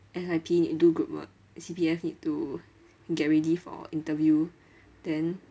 S_I_P need to do group work C_P_F need to get ready for interview then